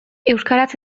euskaraz